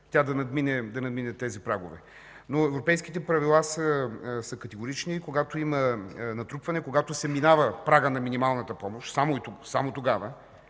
тя да надмине тези прагове. Но европейските правила са категорични: когато има натрупване, когато се минава прагът на минималната помощ – само тогава